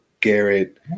Garrett